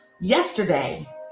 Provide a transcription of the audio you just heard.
Yesterday